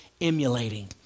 emulating